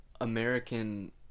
American